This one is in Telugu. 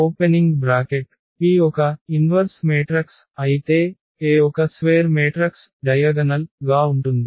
P ఒక విలోమ మాతృక అయితే A ఒక స్వేర్ మాతృక వికర్ణం గా ఉంటుంది